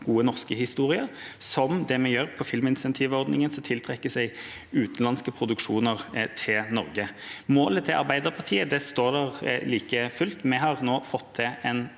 gode norske historier, som det vi gjør med filminsentivordningen, som tiltrekker seg utenlandske produksjoner til Norge. Målet til Arbeiderpartiet står her like fullt. Vi har nå fått til en